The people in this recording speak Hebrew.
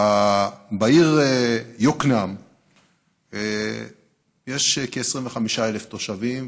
בעיר יקנעם יש כ-25,000 תושבים.